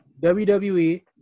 WWE